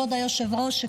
כבוד היושב-ראש,